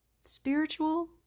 spiritual